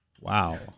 Wow